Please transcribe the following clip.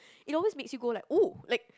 it always makes you go like oh like